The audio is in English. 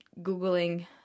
googling